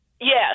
Yes